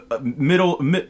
middle